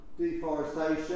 deforestation